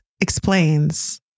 explains